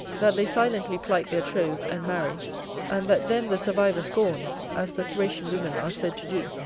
that they silently plight their troth, and marry and that then the survivor scorns, as the thracian women are said to do,